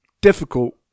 difficult